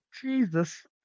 Jesus